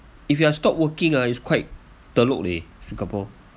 if you are stop working ah is quite teruk leh singapore